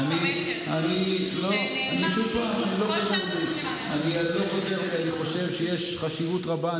אני לא חוזר בי, אני חושב שיש חשיבות רבה.